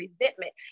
resentment